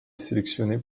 sélectionnés